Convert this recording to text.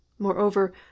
moreover